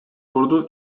ordu